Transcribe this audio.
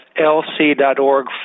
lc.org